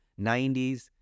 90s